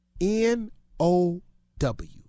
N-O-W